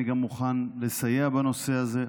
אני גם מוכן לסייע בנושא הזה.